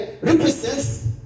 represents